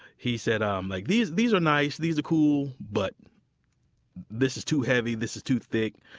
he said um like these these are nice, these are cool. but this is too heavy. this is too thick.